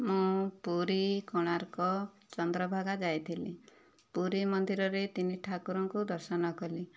ମୁଁ ପୁରୀ କୋଣାର୍କ ଚନ୍ଦ୍ରଭାଗା ଯାଇଥିଲି ପୁରୀ ମନ୍ଦିରରେ ତିନି ଠାକୁରଙ୍କୁ ଦର୍ଶନ କଲି